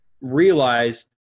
realize